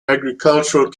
agricultural